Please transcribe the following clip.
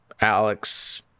Alex